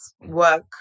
work